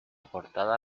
portada